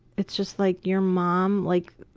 it's just like your mom, like,